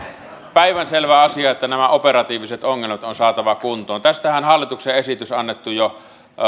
päivänselvä asia että nämä operatiiviset ongelmat on saatava kuntoon tästähän on hallituksen esitys annettu jo